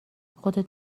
خودت